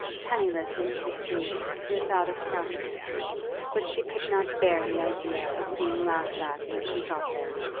penniless into the street, without a crust but she could not bear the idea of being laughed at when she got there.